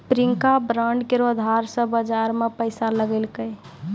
Priyanka bond केरो अधार से बाजार मे पैसा लगैलकै